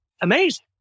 amazing